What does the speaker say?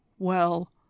Well